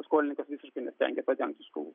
skolininkas visiškai nesistengia padengti skolų